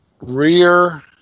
rear